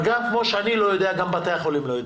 אבל כמו שאני לא יודע, גם בתי החולים לא יודעים.